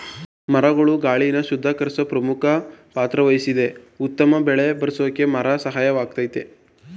ಮರಗಳು ಗಾಳಿನ ಶುದ್ಧೀಕರ್ಸೋ ಪ್ರಮುಖ ಪಾತ್ರವಹಿಸ್ತದೆ ಉತ್ತಮ ಮಳೆಬರ್ರ್ಸೋಕೆ ಮರ ಸಹಾಯಕವಾಗಯ್ತೆ